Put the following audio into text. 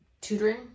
tutoring